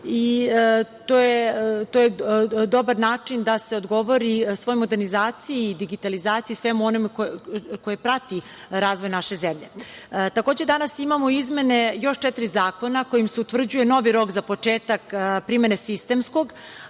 i to je dobar način da se odgovori svoj modernizaciji i digitalizaciji, svemu onome što prati razvoj naše zemlje. Takođe, danas imamo izmene još četiri zakona kojima se utvrđuje novi rok za početak primene sistemskog,